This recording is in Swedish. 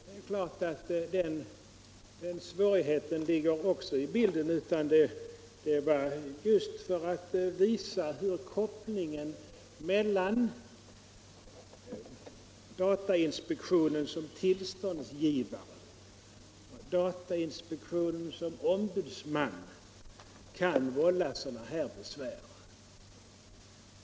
Det är klart att den svårigheten också finns med i bilden men syftet var just att visa hur kopplingen mellan datainspektionen som tillståndsgivare och datainspektionen som ombudsman kan vålla besvär.